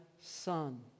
son